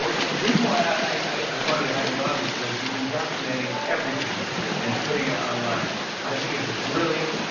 ah the reason why i i wanted to have you on because you've been documenting everything and putting it online. i think it's brilliant.